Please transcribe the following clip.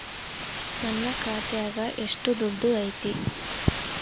ನನ್ನ ಖಾತ್ಯಾಗ ಎಷ್ಟು ದುಡ್ಡು ಐತಿ?